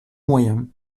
moyens